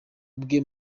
bwe